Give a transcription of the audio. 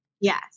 Yes